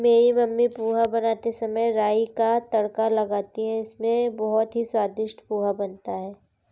मेरी मम्मी पोहा बनाते समय राई का तड़का लगाती हैं इससे बहुत ही स्वादिष्ट पोहा बनता है